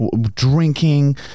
Drinking